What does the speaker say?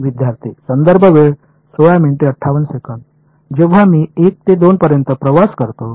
विद्यार्थीः जेव्हा मी 1 ते 2 पर्यंत प्रवास करतो